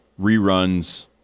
reruns